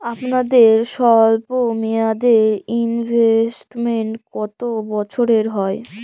আপনাদের স্বল্পমেয়াদে ইনভেস্টমেন্ট কতো বছরের হয়?